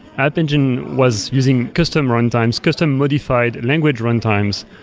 app engine was using custom runtimes, custom modified language runtimes,